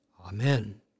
Amen